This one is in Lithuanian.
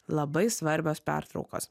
labai svarbios pertraukos